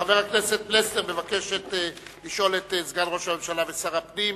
חבר הכנסת פלסנר מבקש לשאול את סגן ראש הממשלה ושר הפנים